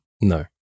No